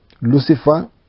Lucifer